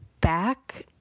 back